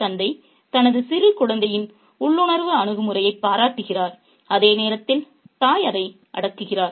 தந்தை தனது சிறு குழந்தையின் உள்ளுணர்வு அணுகுமுறையைப் பாராட்டுகிறார் அதே நேரத்தில் தாய் அதை அடக்குகிறார்